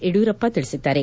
ಯಡಿಯೂರಪ್ಪ ತಿಳಿಸಿದ್ದಾರೆ